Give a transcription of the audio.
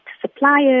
suppliers